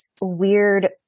weird